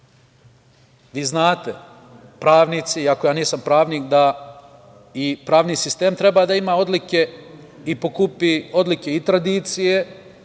vi znate, pravnici, iako ja nisam pravnik, da i pravni sistem treba da ima odlike i pokupi odlike i tradicije